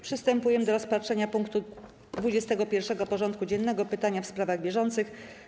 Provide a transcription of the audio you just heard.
Przystępujemy do rozpatrzenia punktu 21. porządku dziennego: Pytania w sprawach bieżących.